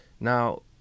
now